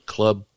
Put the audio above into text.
Club